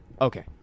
Okay